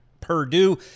Purdue